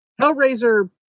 Hellraiser